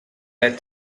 had